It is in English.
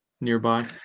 nearby